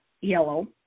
yellow